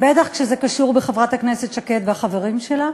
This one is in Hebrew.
בטח כשזה קשור בחברת הכנסת שקד והחברים שלה.